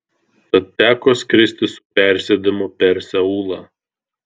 tad teko skristi su persėdimu per seulą